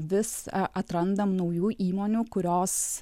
vis a atrandam naujų įmonių kurios